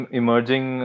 emerging